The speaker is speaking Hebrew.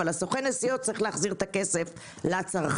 אבל סוכן הנסיעות צריך להחזיר את הכסף לצרכן.